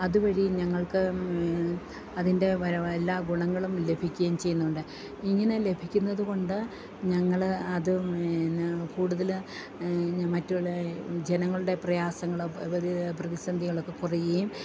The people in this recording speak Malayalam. അതുവഴി ഞങ്ങൾക്ക് അതിൻ്റെ വര എല്ലാ ഗുണങ്ങളും ലഭിക്കുകയും ചെയ്യുന്നുണ്ട് ഇങ്ങനെ ലഭിക്കുന്നത് കൊണ്ട് ഞങ്ങൾ അത് കൂടുതൽ മറ്റുള്ള ജനങ്ങളുടെ പ്രയാസങ്ങൾ പ്രതിസന്ധികളൊക്കെ കുറയുകയും